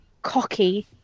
cocky